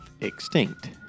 extinct